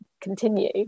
continue